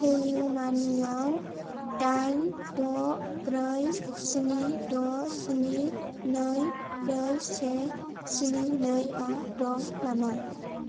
पेइउमानिआव दाइन द' ब्रै स्नि द' स्नि नै ब्रै से स्नि नै आ दं नामा